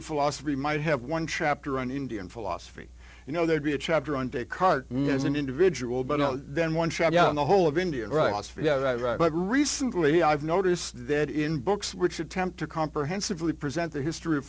of philosophy might have one chapter on indian philosophy you know there'd be a chapter on descartes is an individual but no then one shot in the whole of india right yeah that's right but recently i've noticed that in books which attempt to comprehensively present the history of